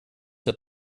hat